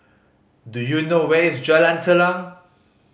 do you know where is Jalan Telang